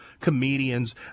comedians